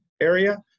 area